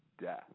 death